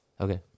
Okay